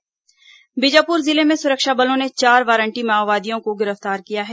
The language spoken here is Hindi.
माओवादी गिरफ्तार बीजापुर जिले में सुरक्षा बलों ने चार वारंटी माओवादियों को गिरफ्तार किया है